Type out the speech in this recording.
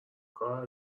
کار